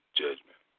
judgment